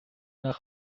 nach